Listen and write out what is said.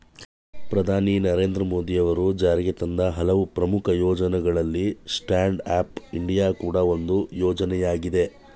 ಪ್ರಧಾನಿ ನರೇಂದ್ರ ಮೋದಿ ಅವರು ಜಾರಿಗೆತಂದ ಹಲವು ಪ್ರಮುಖ ಯೋಜ್ನಗಳಲ್ಲಿ ಸ್ಟ್ಯಾಂಡ್ ಅಪ್ ಇಂಡಿಯಾ ಕೂಡ ಒಂದು ಯೋಜ್ನಯಾಗಿದೆ